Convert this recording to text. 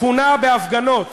כונה בהפגנות